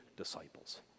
disciples